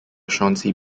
chauncey